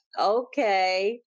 okay